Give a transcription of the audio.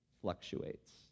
fluctuates